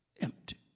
empty